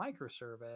microservice